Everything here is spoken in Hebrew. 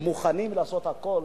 הם מוכנים לעשות הכול,